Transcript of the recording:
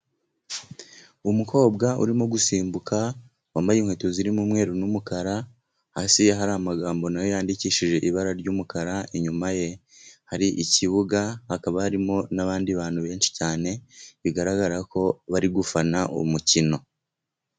Umukobwa urimo gusimbuka, wambaye inkweto zirimo umweru n'umukara, hasi hari amagambo nayo yandikishije ibara ry'umukara, inyuma ye hari ikibuga hakaba harimo n'abandi bantu benshi cyane, bigaragara ko bari gufana mukino.